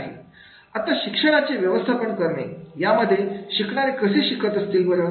आता शिक्षणाचे व्यवस्थापन करणे यामध्ये शिकणारे कसे शिकत असतील बरं